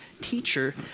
teacher